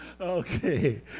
Okay